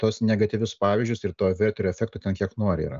tuos negatyvius pavyzdžius ir to verterio efekto ten kiek nori yra